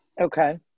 Okay